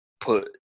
put